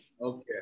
Okay